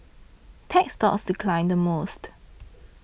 tech stocks declined the most